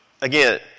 again